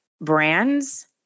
brands